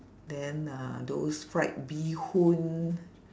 then uh those fried bee hoon